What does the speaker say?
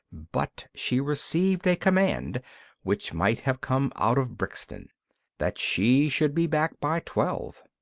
but she received a command which might have come out of brixton that she should be back by twelve.